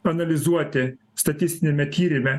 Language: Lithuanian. analizuoti statistiniame tyrime